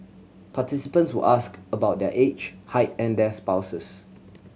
participants were asked about their age height and their spouses